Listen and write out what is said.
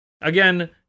Again